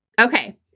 okay